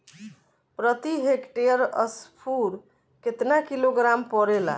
प्रति हेक्टेयर स्फूर केतना किलोग्राम परेला?